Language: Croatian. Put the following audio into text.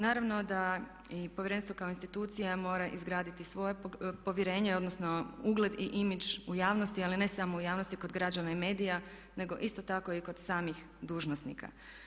Naravno da i Povjerenstvo kao institucija mora izgraditi svoje povjerenje, odnosno ugled i imidž u javnosti ali ne samo u javnosti kod građana i medija nego isto tako i kod samih dužnosnika.